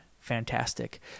fantastic